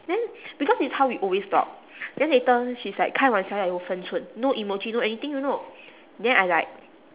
then because it's how we always talk then later she's like 开玩笑要有分寸 no emoji no anything you know then I like